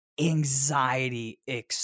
anxiety